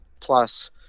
plus